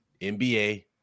NBA